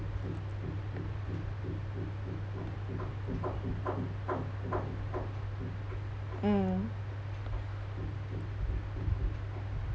mm